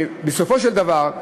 ובסופו של דבר,